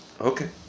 Okay